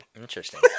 Interesting